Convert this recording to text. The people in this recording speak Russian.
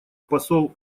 посол